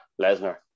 Lesnar